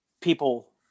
people